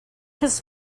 his